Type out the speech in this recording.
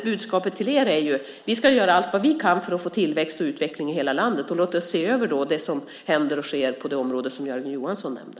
Budskapet till er är: Vi ska göra allt vad vi kan för att få tillväxt och utveckling i hela landet. Och låt oss se över det som händer på det område som Jörgen Johansson nämnde.